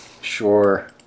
Sure